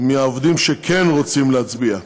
מהעובדים שכן רוצים להצביע.